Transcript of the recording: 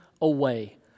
away